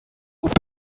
auf